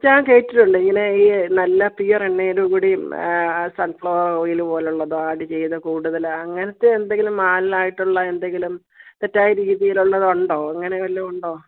ഞാൻ കേട്ടിട്ടുണ്ട് ഇങ്ങനെ ഈ നല്ല പ്യുവർ എണ്ണയുടെ കൂടെയും സൺ ഫ്ലവർ ഓയിൽ പോലെയുള്ളത് ആഡ് ചെയ്ത് കൂടുതല് അങ്ങനത്തെ എന്തെങ്കിലും ആയിട്ടുള്ള എന്തെങ്കിലും തെറ്റായ രീതിയിൽ ഉള്ളത് ഉണ്ടോ അങ്ങനെ വല്ലതും ഉണ്ടോ